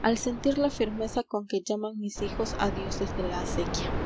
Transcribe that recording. al sentir la firmeza con que llaman mis hijos a dios desde la acequia